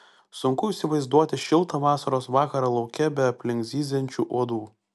sunku įsivaizduoti šiltą vasaros vakarą lauke be aplink zyziančių uodų